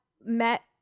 met